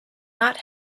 not